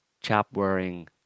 chap-wearing